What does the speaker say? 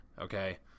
okay